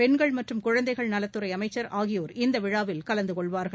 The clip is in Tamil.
பெண்கள் மற்றும் குழந்தைகள் நலத் துறைஅமைச்சர் ஆகியோர் இந்தவிழாவில் கலந்தகொள்வார்கள்